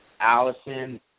Allison